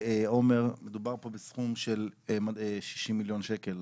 עומר, מדובר פה בסכום של 60 מיליון שקל.